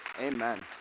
Amen